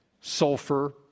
sulfur